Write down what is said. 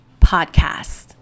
podcast